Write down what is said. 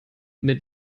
mit